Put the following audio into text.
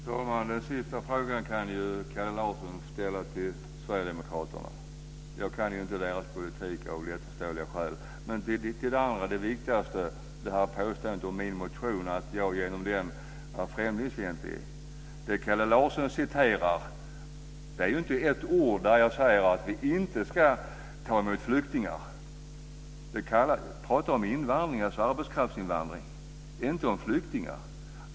Fru talman! Den sista frågan kan Kalle Larsson ställa till Sverigedemokraterna. Jag kan inte deras politik av klart förståeliga skäl. Det viktigaste var påståendet om min motion och att jag genom den var främlingsfientlig. I det Kalle Larsson citerar finns inte ett ord där jag säger att vi inte ska ta emot flyktingar. Jag pratar om arbetskraftsinvandring, inte om flyktingar.